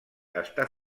està